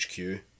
HQ